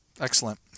excellent